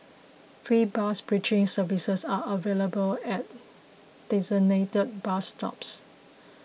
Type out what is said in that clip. free bus bridging services are available at designated bus stops